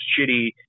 shitty